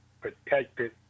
protected